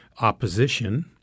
opposition